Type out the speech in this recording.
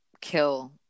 kill